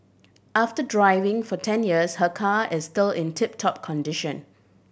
after driving for ten years her car is still in tip top condition